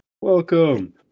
Welcome